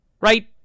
Right